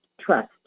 trust